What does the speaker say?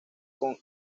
con